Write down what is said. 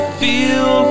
feel